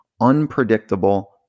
unpredictable